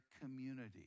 community